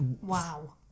Wow